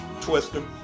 Twister